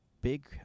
big